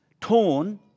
torn